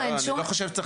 אני לא חושב שצריך לסגור.